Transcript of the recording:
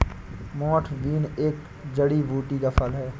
मोठ बीन एक जड़ी बूटी का फल है